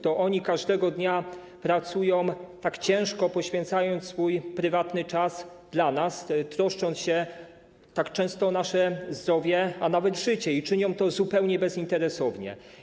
To oni każdego dnia pracują tak ciężko, poświęcając swój prywatny czas dla nas, troszcząc się tak często o nasze zdrowie, a nawet życie, i czynią to zupełnie bezinteresownie.